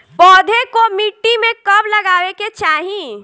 पौधे को मिट्टी में कब लगावे के चाही?